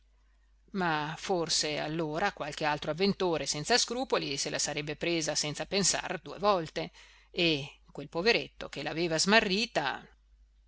ma forse allora qualche altro avventore senza scrupoli se la sarebbe presa senza pensar due volte e quel poveretto che l'aveva smarrita